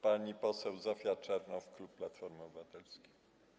Pani poseł Zofia Czernow, klub Platforma Obywatelska.